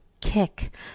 kick